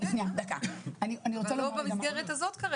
אבל לא במסגרת הזאת כרגע.